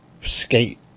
skate